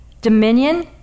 dominion